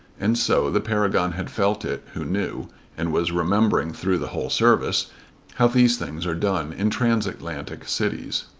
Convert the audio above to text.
and so the paragon had felt it who knew and was remembering through the whole service how these things are done in transatlantic cities.